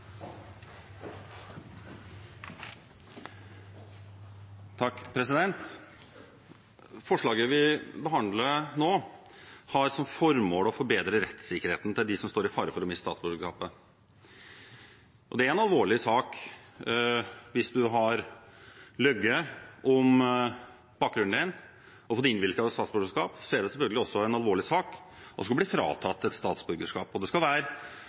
Forslaget vi behandler nå, har som formål å forbedre rettssikkerheten til dem som står i fare for å miste statsborgerskapet. Det er en alvorlig sak hvis man har løyet om bakgrunnen sin og fått innvilget statsborgerskap, men det er selvfølgelig også en alvorlig sak å skulle bli fratatt et statsborgerskap. Det skal være